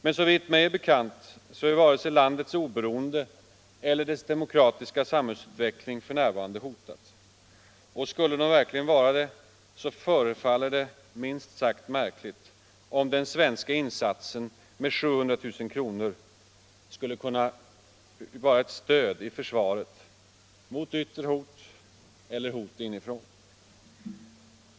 Men såvitt mig är bekant så är varken landets oberoende eller dess demokratiska samhällsutveckling f.n. hotad, och skulle de verkligen vara det förefaller det minst sagt märkligt om den svenska insatsen med 700 000 kr. skulle kunna vara ett stöd i försvaret mot yttre hot eller hot inifrån.